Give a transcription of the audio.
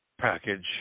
package